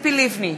ציפי לבני,